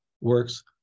works